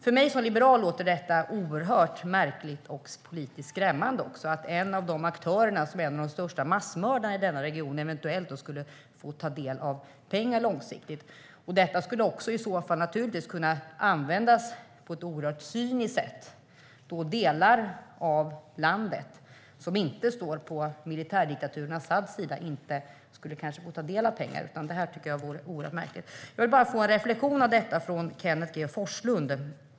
För mig som liberal låter det mycket märkligt och politiskt skrämmande att denna aktör, som är en av de största massmördarna i denna region, ska få ta del av pengar långsiktigt. Dessa pengar skulle också kunna användas på ett mycket cyniskt sätt genom att de delar av landet som inte står på militärdiktaturen Asads sida inte får ta del av pengarna. Vad är din reflektion, Kenneth G Forslund?